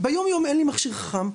ביום יום אין לי מכשיר חכם,